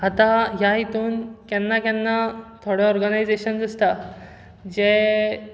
आता ह्या हेतून केन्ना केन्ना थोडो ऑर्गनायजेशन आसता जे